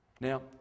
Now